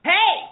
Hey